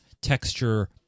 Texture